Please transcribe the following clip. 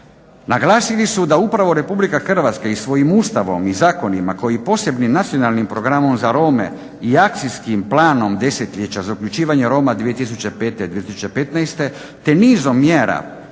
Naglasili su da upravo RH i svojim Ustavom i zakonima koji posebnim Nacionalnim programom za Rome i Akcijskim planom desetljeća za uključivanje Roma 2005. – 2015. te nizom mjera socijalne